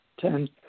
ten